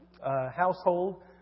household